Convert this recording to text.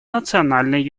национальной